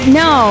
no